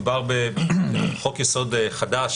מדובר בחוק-יסוד חדש,